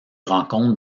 rencontre